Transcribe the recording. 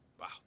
Wow